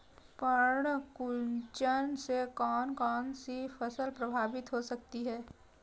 पर्ण कुंचन से कौन कौन सी फसल प्रभावित हो सकती है?